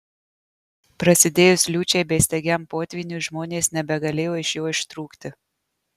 prasidėjus liūčiai bei staigiam potvyniui žmonės nebegalėjo iš jo ištrūkti